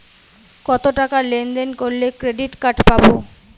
কতটাকা লেনদেন করলে ক্রেডিট কার্ড পাব?